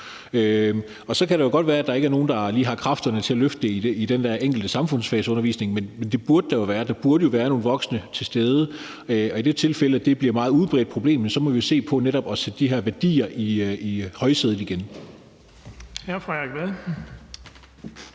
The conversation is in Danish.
og så kan det godt være, at der ikke er nogen, der lige har kræfterne til at løfte det i den der enkelte samfundsfagsundervisning, men det burde der jo være. Der burde jo være nogle voksne til stede, og i det tilfælde, at det bliver et meget udbredt problem, må vi se på netop at sætte de her værdier i højsædet igen. Kl. 12:09 Den